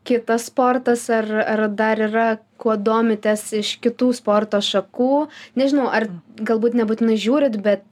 kitas sportas ar ar dar yra kuo domitės iš kitų sporto šakų nežinau ar galbūt nebūtinai žiūrit bet